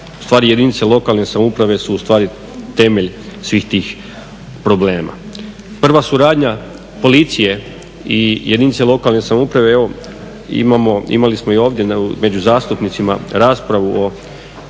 a ustvari jedinice lokalne samouprave su temelj svih tih problema. Prva suradnja policije i jedinice lokalne samouprave imali smo ovdje među zastupnicima raspravu o